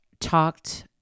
talked